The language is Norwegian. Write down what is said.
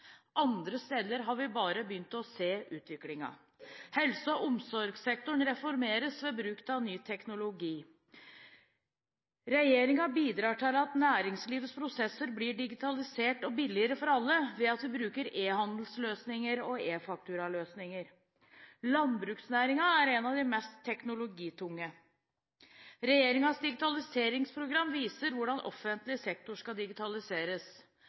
Andre steder har vi bare begynt å se utviklingen. Helse- og omsorgssektoren reformeres ved bruk av ny teknologi. Regjeringen bidrar til at næringslivets prosesser blir digitalisert og billigere for alle ved at vi bruker e-handelsløsninger og e-fakturaløsninger. Landbruksnæringen er en av de mest teknologitunge. Regjeringens digitaliseringsprogram viser hvordan offentlig sektor skal digitaliseres.